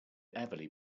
everly